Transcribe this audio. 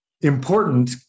important